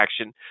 action